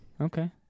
Okay